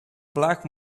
black